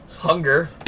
Hunger